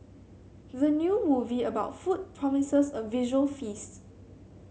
the new movie about food promises a visual feast